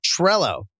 Trello